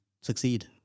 succeed